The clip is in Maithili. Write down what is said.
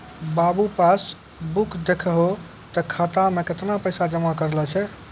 बाबू पास बुक देखहो तें खाता मे कैतना पैसा जमा करलो छै